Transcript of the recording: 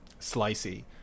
slicey